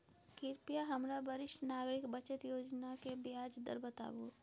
कृपया हमरा वरिष्ठ नागरिक बचत योजना के ब्याज दर बताबू